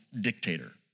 dictator